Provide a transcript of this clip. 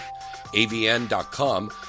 AVN.com